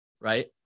right